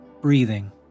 breathing